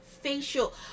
facial